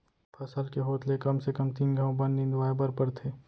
फसल के होत ले कम से कम तीन घंव बन निंदवाए बर परथे